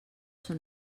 són